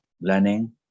learning